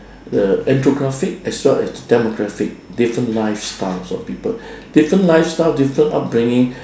the enthnographic as well as the demographic different lifestyles of people different lifestyle different upbringing